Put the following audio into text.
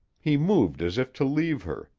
he moved as if to leave her,